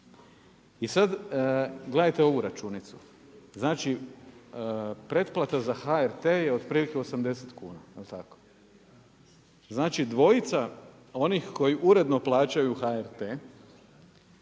I sad, gledajte ovu računicu, pretplata za HRT je otprilike 80 kuna, jel tako. Znači dvojica onih koji uredno plaćaju HRT,